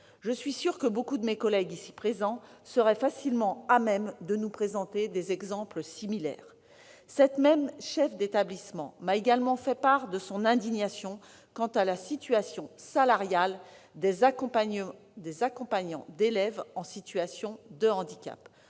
Je suis sûre que nombre de mes collègues ici présents seraient facilement à même de nous présenter des exemples similaires. Cette même chef d'établissement m'a également fait part de son indignation quant à la situation salariale des AESH, les accompagnants des élèves en situation de handicap,